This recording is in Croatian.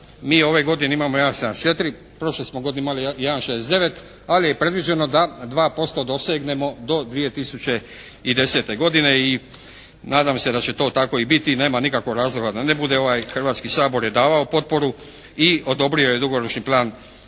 Mi ove godine imamo 1,74, prošle smo godine imali 1,69 ali je predviđeno da 2% dosegnemo do 2010. godine i nadam se da će to tako i biti i nema nikakvog razloga da ne bude. Ovaj Hrvatski sabor je davao potporu i odobrio je dugoročni plan